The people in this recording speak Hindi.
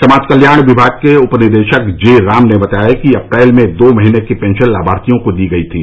समाज कल्याण विभाग के उपनिदेशक जे राम ने बताया कि अप्रैल में दो महीने की पेंशन लाभार्थियों को दी गयी थी